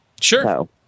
Sure